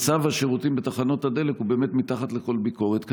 מצב השירותים בתחנות הדלק הוא באמת מתחת לכל ביקורת,